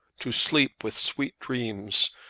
to sleep with sweet dreams,